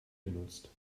genutzt